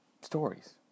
stories